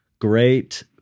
great